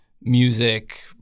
music